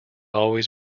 always